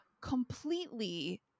completely